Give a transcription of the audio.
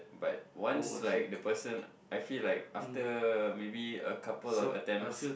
but once like the person I feel like after maybe a couple of attempts